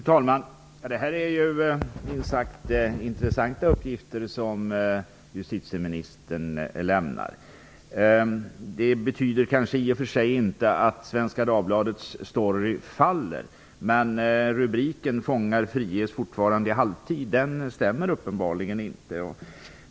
Fru talman! Det är minst sagt intressanta uppgifter som justitieministern lämnar. Det betyder kanske inte att Svenska Dagbladets story faller, men rubriken ''Fångar friges fortfarande i halvtid'' stämmer uppenbarligen inte.